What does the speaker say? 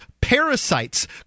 parasites